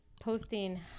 posting